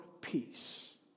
peace